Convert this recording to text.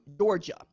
Georgia